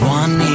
one